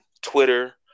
Twitter